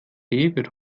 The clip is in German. wird